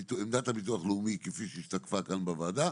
עמדת הביטוח לאומי כפי שהשתקפה כאן בוועדה,